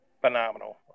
phenomenal